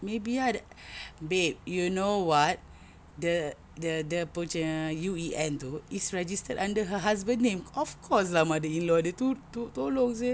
maybe ah babe you know what the the the punya U_E_N tu is registered under her husband name of course lah mother-in-law dia tolong seh